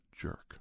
jerk